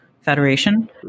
federation